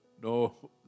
no